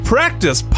Practice